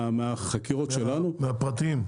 מהפיראטים?